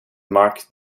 mark